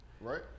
right